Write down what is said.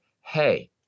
hey